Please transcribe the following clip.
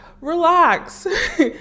relax